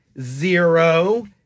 zero